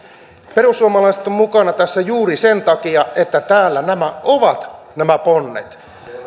perussuomalaiset ovat mukana tässä juuri sen takia että täällä ovat nämä ponnet